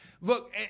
look